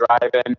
driving